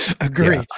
Agree